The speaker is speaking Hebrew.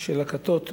של הכתות בארץ,